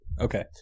okay